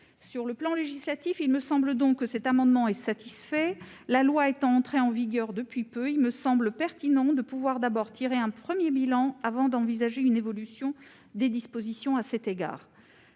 Sur le plan législatif, cet amendement est satisfait. La loi étant entrée en vigueur depuis peu, il me semble pertinent de pouvoir d'abord tirer un premier bilan avant d'envisager une évolution des dispositions à cet égard.